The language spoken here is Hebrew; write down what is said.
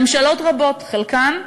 ממשלות רבות, חלקן,